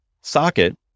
socket